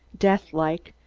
death-like,